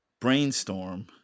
brainstorm